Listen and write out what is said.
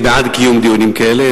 ואני בעד קיום דיונים כאלה,